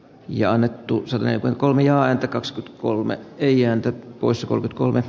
ja me tulokseen kuin kolmia ekaks kolme ei häntä pois kolkytkolme